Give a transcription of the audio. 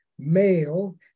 male